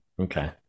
okay